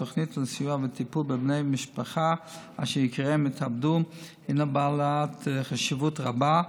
לתוכנית לסיוע ולטיפול בבני משפחה אשר יקיריהם התאבדו יש חשיבות רבה,